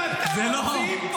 ואללה, אתם ממציאים פה דברים.